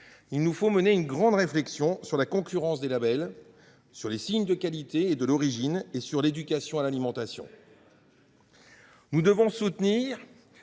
il nous faut mener une grande réflexion sur la concurrence des labels, sur les signes de qualité et de l’origine, ainsi que sur l’éducation à l’alimentation. Très bien ! Nous devons soutenir